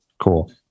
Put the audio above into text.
Cool